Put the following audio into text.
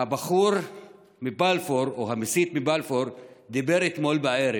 הבחור מבלפור, או המסית מבלפור, דיבר אתמול בערב,